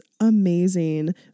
amazing